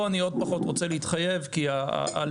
פה אני עוד פחות רוצה להתחייב כי גיוסים